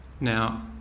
Now